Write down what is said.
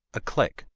a clique,